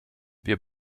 wir